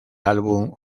álbum